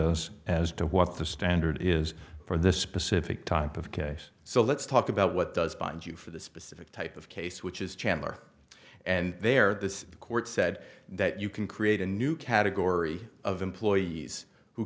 us as to what the standard is for this specific type of case so let's talk about what does bind you for the specific type of case which is chandler and there this court said that you can create a new category of employees who